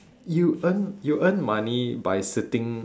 you earn you earn money by sitting